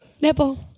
nipple